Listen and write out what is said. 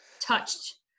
touched